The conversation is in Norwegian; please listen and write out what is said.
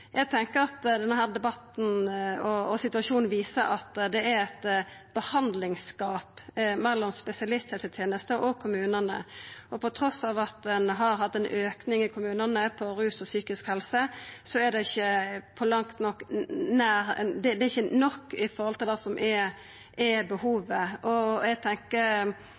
debatten og situasjonen viser at det er eit behandlingsgap mellom spesialisthelseteneste og kommunane, og trass i at ein har hatt ein auke i kommunane på rus og psykisk helse, er det ikkje nok i forhold til det som er behovet. Eg tenkjer at når BUP viser til einetiltak i barnevernet, er det fordi det ikkje finst eit alternativ i kommunen. Eg